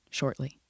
shortly